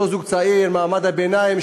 אותו זוג צעיר ממעמד הביניים,